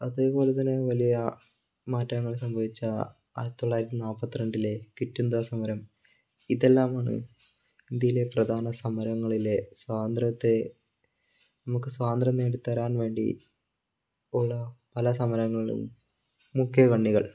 അതുപോലെ തന്നെ വലിയ മാറ്റങ്ങൾ സംഭവിച്ച ആയിരത്തി തൊള്ളായിരത്തി നാൽപ്പതിരണ്ടിലെ ക്വിറ്റ് ഇന്ത്യ സമരം ഇതെല്ലാമാണ് ഇന്ത്യയിലെ പ്രധാന സമരങ്ങളിലെ സ്വാതന്ത്ര്യത്തെ നമുക്ക് സ്വാതന്ത്ര്യം നേടിത്തരാൻ വേണ്ടി ഉള്ള പല സമരങ്ങളിലും മുഖ്യകണ്ണികൾ